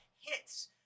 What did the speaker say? hits